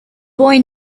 boy